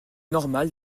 normal